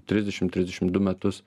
trisdešim trisdešim du metus